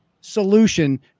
Solution